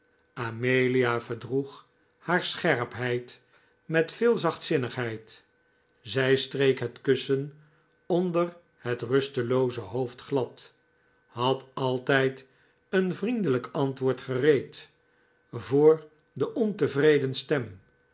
amelia verdroeg haar scherpheid met veel zachtzinnigheid zij streek het kussen onder het rustelooze hoofd glad had altijd een vriendelijk antwoord gereed voor de ontevreden stem